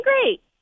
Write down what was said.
great